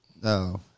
No